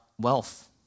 wealth